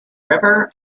river